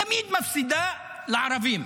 תמיד מפסידה לערבים,